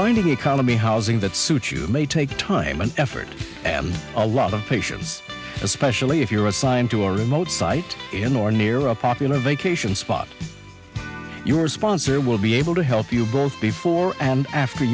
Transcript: finding economy housing that suits you may take time and effort and a lot of patience especially if you're assigned to a remote site in or near a popular vacation spot your sponsor will be able to help you both before and after